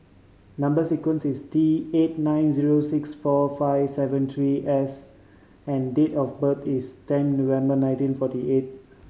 number sequence is T eight nine zero six four five seven three S and date of birth is ten November nineteen forty eight